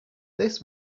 this